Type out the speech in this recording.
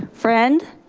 friend?